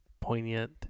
poignant